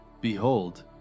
Behold